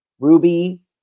Ruby